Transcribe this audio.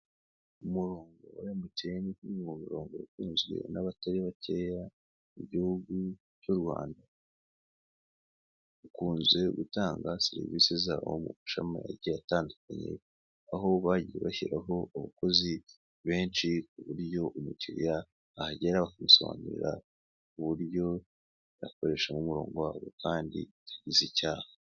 Umurongo wa emutiyene ni umurongo ukunzwe n'abatari bakeya mu gihugu cy'u Rwanda, ukunze gutanga serivisi zabo mu mashama yagiye atandukanye aho bagiye bashyiraho abakozi benshi ku buryo umukiliriya ahagera bakamusobanurira uburyo yakoresha nk'umurongo kandizi icyaha.